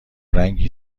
رنگی